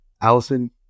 Allison